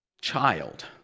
child